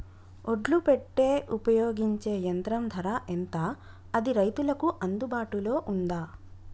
ఒడ్లు పెట్టే ఉపయోగించే యంత్రం ధర ఎంత అది రైతులకు అందుబాటులో ఉందా?